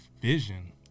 vision